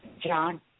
John